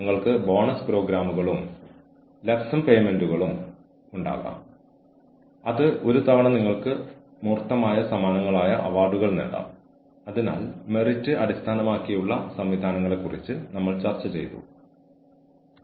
ചില മുൻ പ്രഭാഷണങ്ങളിൽ ഒരാളുടെ പ്രകടനത്തിന്റെ വളരെ കൃത്യമായ അളവുകോലുകളായി പ്രകടന മൂല്യനിർണ്ണയങ്ങൾ ശരിക്കും പരിഗണിക്കപ്പെടുന്നില്ലെന്ന് നമ്മൾ ചർച്ച ചെയ്തിട്ടുണ്ട്